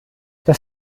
das